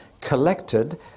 collected